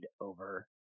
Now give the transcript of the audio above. over